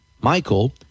Michael